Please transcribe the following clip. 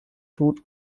tod